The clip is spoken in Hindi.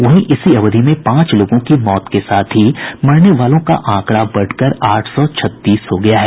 वहीं इसी अवधि में पांच लोगों की मौत के साथ ही मरने वालों का आंकड़ा बढ़कर आठ सौ छत्तीस हो गया है